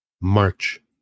march